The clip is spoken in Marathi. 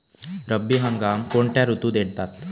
रब्बी हंगाम कोणत्या ऋतूत येतात?